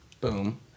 Boom